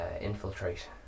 infiltrate